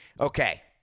Okay